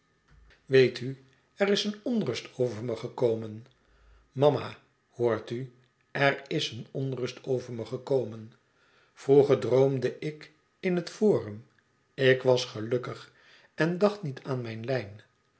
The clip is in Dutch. weet u er is een onrust over me gekomen mama hoort u er is een onrust over me gekomen vroeger droomde ik in het forum ik was gelukkig en dacht niet aan mijn lijn